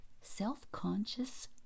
self-conscious